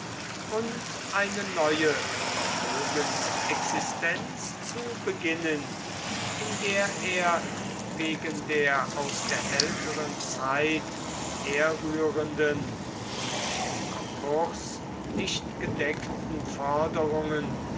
und eine neue vermögensexistenz zu beginnen in der er wegen der aus der älteren zeit herrührenden und im konkurs nicht gedeckten forderungen